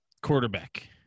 quarterback